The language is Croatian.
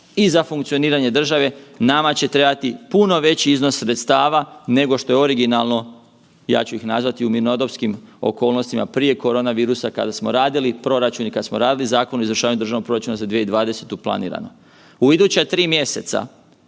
i za funkcioniranje države nama će trebati puno veći iznos sredstava nego što je originalno, ja ću ih nazvati u mirnodopskim okolnostima prije koronavirusa kada smo radili proračun i kad smo radili Zakon o izvršavanju državnog proračuna 2020., planirano. U iduća 3 mjeseca